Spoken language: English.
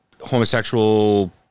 homosexual